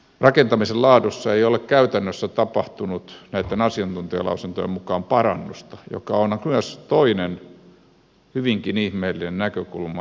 rakentamisen laadussa ei ole käytännössä tapahtunut näitten asiantuntijalausuntojen mukaan parannusta mikä on myös toinen hyvinkin ihmeellinen näkökulma